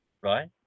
right